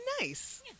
Nice